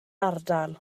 ardal